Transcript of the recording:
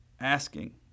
asking